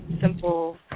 simple